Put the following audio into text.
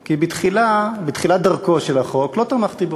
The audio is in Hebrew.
כי בתחילת דרכו לא תמכתי בו,